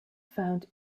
found